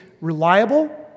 reliable